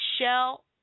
shell